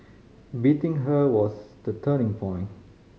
beating her was the turning point